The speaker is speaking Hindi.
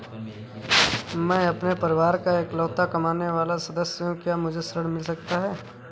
मैं अपने परिवार का इकलौता कमाने वाला सदस्य हूँ क्या मुझे ऋण मिल सकता है?